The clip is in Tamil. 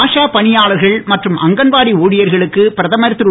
ஆஷா பணியாளர்கள் மற்றும் அங்கன்வாடி ஊழியர்களுக்கு பிரதமர் திரு